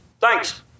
Thanks